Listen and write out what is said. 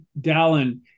Dallin